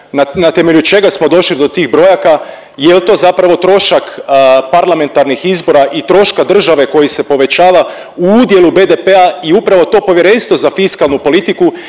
na temelju čega smo došli do tih brojaka? Jel to zapravo trošak parlamentarnih izbora i troška države koji se povećava u udjelu BDP-a? I upravo to Povjerenstvo za fiskalnu politiku